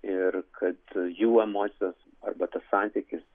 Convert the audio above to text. ir kad jų emocijos arba tas santykis